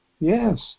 Yes